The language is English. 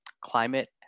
climate